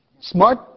Smart